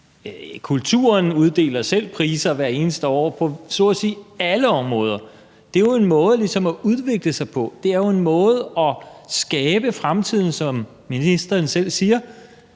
Kulturen uddeler selv priser hvert eneste år på så at sige alle områder. Det er jo en måde ligesom at udvikle sig på, det er en måde at skabe fremtiden på, som ministeren selv siger.